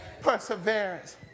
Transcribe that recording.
perseverance